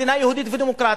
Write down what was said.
מדינה יהודית ודמוקרטית,